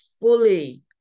fully